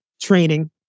training